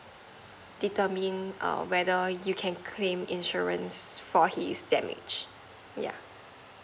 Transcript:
determine err whether you can claim insurance for his damage yeah